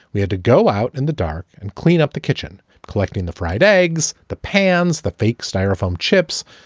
we had to go out in the dark and clean up the kitchen, collecting the fried eggs, the pans, the fake styrofoam chips.